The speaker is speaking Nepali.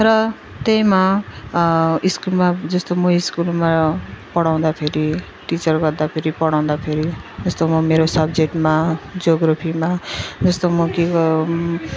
र त्यसमा स्कुलमा जस्तो म स्कुलमा पढाउँदाखेरि टिचर गर्दाफेरि पढाउँदाखेरि जस्तो म मेरो सब्जेक्टमा जियोग्राफीमा जस्तो म के गर्